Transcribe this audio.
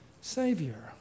savior